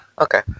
Okay